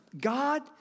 God